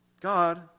God